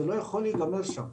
זה לא יכול להיגמר שם,